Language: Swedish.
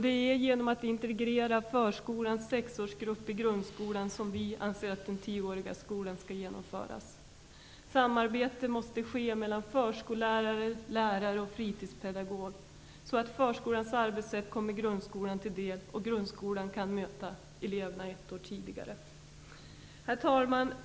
Det är genom att integrera förskolans sexårsgrupp i grundskolan som vi anser att den tioåriga skolan skall genomföras. Samarbete måste ske mellan förskollärare, lärare och fritidspedagog, så att förskolans arbetssätt kommer grundskolan till del och grundskolan kan möta eleverna ett år tidigare. Herr talman!